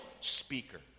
speaker